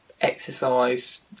exercise